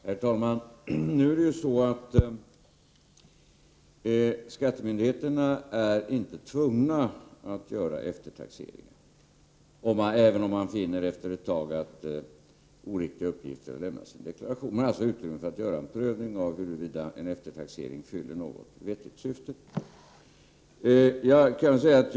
Herr talman! Skattemyndigheterna är inte tvugna att göra eftertaxering, även om man efter ett tag finner att oriktiga uppgifter har lämnats i en deklaration. Man har alltså utrymme för en prövning av huruvida en eftertaxering fyller något vettigt syfte.